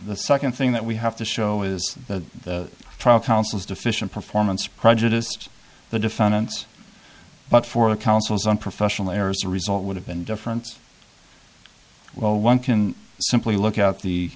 the second thing that we have to show is that the trial counsel's deficient performance prejudiced the defendants but for the counsel's unprofessional errors the result would have been different well one can simply look at the